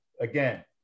again